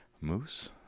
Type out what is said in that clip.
Moose